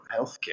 healthcare